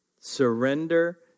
Surrender